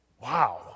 Wow